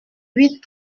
huit